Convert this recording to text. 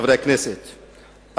חברי הכנסת,